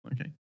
Okay